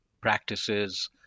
practices